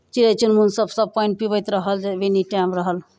चिड़ै चुनमुनसभ सभ पानि पिबैत रहल जब एनी टाइम रहल